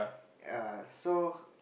yea so